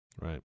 Right